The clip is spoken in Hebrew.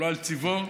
לא על פי צבעו,